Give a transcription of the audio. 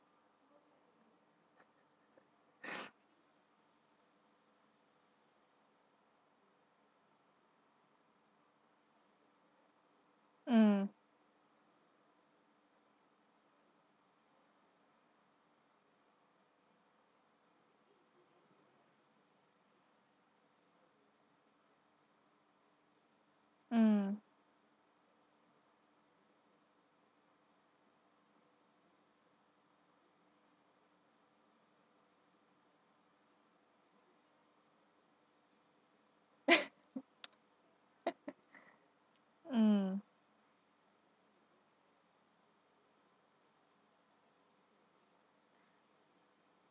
mm mm mm